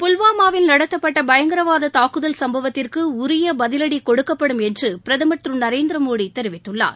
புல்வாமாவில் நடத்தப்பட்ட பயங்கரவாத தாக்குதல் சம்பவத்திற்கு உரிய பதிவடி கொடுக்கப்படும் என்று பிரதமர் திரு நரேந்திரமோடி தெரிவித்துள்ளார்